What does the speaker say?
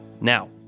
Now